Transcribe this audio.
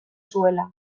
zuela